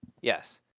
Yes